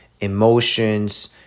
emotions